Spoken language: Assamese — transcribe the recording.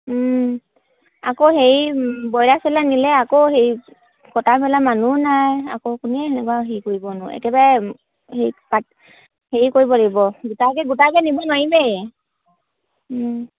আকৌ হেৰি ব্ৰইলাৰ চইলাৰ নিলে আকৌ হেৰি কটা মেলা মানুহ নাই আকৌ কোনে সেনেকুৱা হেৰি কৰিবনো একেবাৰে হেৰি পাত হেৰি কৰিব লাগিব গোটাকে গোটাকে নিব নোৱাৰমেই